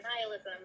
nihilism